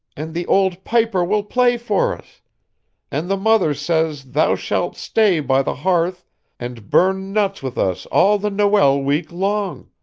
and the old piper will play for us and the mother says thou shalt stay by the hearth and burn nuts with us all the noel week long